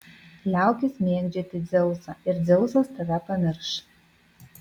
liaukis mėgdžioti dzeusą ir dzeusas tave pamirš